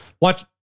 watch